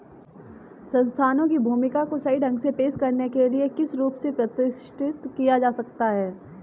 संस्थानों की भूमिका को सही ढंग से पेश करने के लिए किस रूप से प्रतिष्ठित किया जा सकता है?